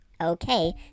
Okay